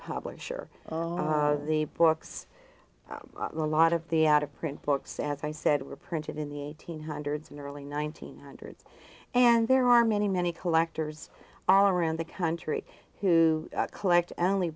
publisher the books a lot of the out print books as i said were printed in the eighteen hundreds in early nineteen hundreds and there are many many collectors are around the country who collect only